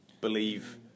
believe